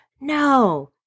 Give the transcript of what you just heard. No